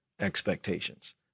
expectations